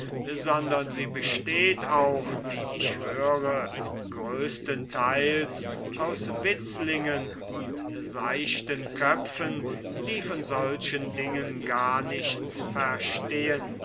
sondern sie besteht auch wie ich höre größtenteils aus witzlingen und seichten köpfen die von solchen dingen gar nichts verstehen